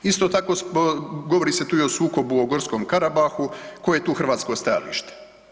Isto tako govori se tu i o sukobu o Gorskom Karabahu koje je tu hrvatsko stajalište?